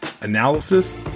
analysis